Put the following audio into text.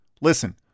Listen